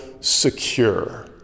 secure